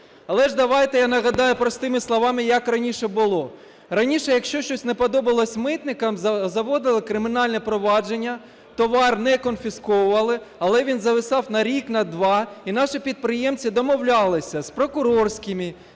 Але ж давайте я нагадаю простими словами, як раніше було. Раніше, якщо щось не подобалось митникам, заводили кримінальне провадження, товар не конфісковували, але він зависав на рік, на два і наші підприємці домовлялися з прокурорськими,